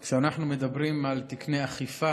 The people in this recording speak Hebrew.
כשאנחנו מדברים על תקני אכיפה,